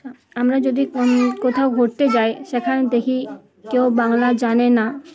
আমরা যদি কোথাও ঘুরতে যাই সেখানে দেখি কেউ বাংলা জানে না